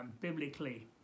Biblically